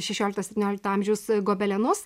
šešiolikto septyniolikto amžiaus gobelenus